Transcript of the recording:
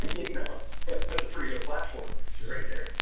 you know that's a pretty good platform so right there,